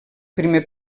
primer